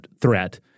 threat